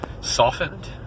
softened